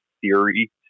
theory